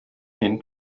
мин